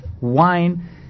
wine